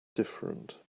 different